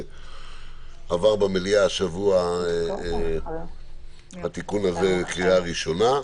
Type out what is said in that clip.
התיקון הזה עבר במליאה השבוע בקריאה ראשונה,